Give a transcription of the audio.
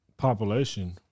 population